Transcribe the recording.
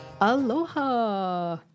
Aloha